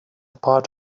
part